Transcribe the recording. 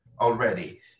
already